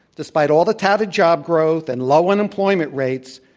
despite all the touted job growth, and low and employment rates,